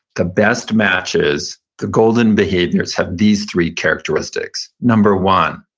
the best matches, the golden behaviors have these three characteristics number one,